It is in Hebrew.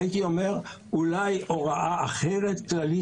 הייתי אומר אולי הוראה אחרת כללית